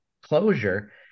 closure